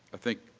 i think